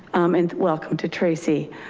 and welcome to tracy.